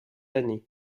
années